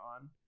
on